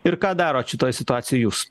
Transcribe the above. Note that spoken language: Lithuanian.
ir ką darote šitoj situacijoj jūs